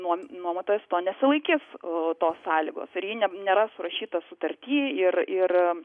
nuom nuomotojas to nesulaikys e tos sąlygos ir ji ne nėra surašytą sutarty ir ir